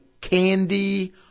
candy